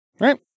Right